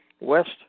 west